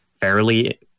fairly